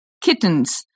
kittens